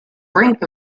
brink